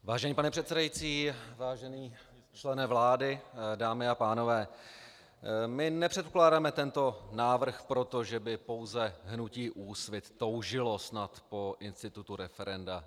Vážený pane předsedající, vážený člene vlády, dámy a pánové, my nepředkládáme tento návrh proto, že by pouze hnutí Úsvit toužilo snad po institutu referenda.